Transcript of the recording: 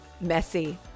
messy